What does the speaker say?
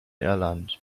irland